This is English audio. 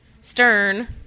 stern